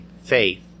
faith